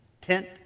tent